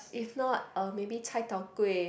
is not maybe like cai-tao-kway